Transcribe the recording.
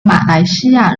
马来西亚